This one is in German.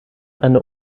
eine